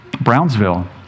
Brownsville